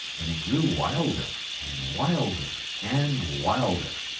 and it grew wilder, and wilder, and wilder,